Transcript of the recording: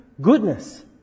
goodness